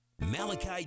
malachi